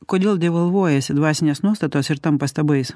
kodėl devalvuojasi dvasinės nuostatos ir tampa stabais